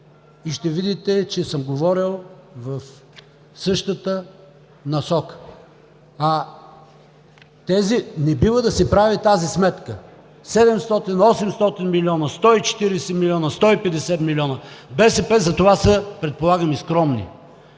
и ще видите, че съм говорил в същата насока. Не бива да се прави тази сметка – 700, 800 милиона, 140 милиона, 150 милиона. Затова БСП са, предполагам, и скромни.